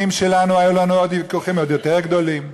שלנו היו לנו ויכוחים עוד יותר גדולים.